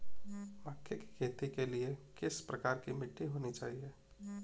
मक्के की खेती के लिए किस प्रकार की मिट्टी होनी चाहिए?